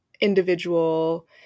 individual